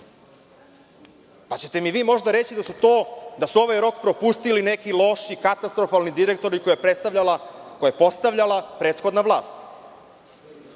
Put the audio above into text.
li mi možda reći da su ovaj rok propustili neki loši katastrofalni direktori koje je postavljala prethodna vlast?